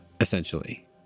essentially